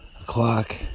o'clock